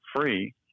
free